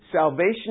Salvation